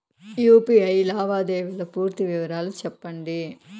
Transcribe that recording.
UPI లావాదేవీల పూర్తి వివరాలు సెప్పండి?